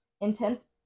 intense